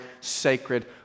sacred